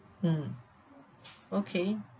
mm okay